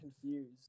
confused